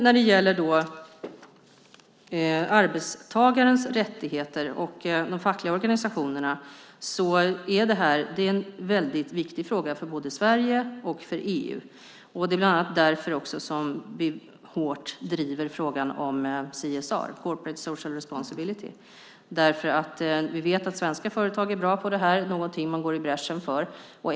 När det gäller arbetstagarnas rättigheter och de fackliga organisationerna är detta en väldigt viktig fråga för både Sverige och EU. Det är bland annat därför som vi hårt driver frågan om CSR, Corporate Social Responsibility, därför att vi vet att svenska företag är bra på detta. Det är någonting som man går i bräschen för.